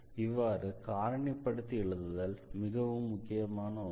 இவ்வாறு காரணிப்படுத்தி எழுதுதல் மிகவும் உபயோகமான ஒன்று